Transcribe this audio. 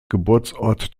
geburtsort